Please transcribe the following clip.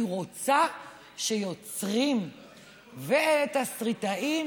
היא רוצה שיוצרים ותסריטאים